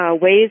ways